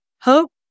hope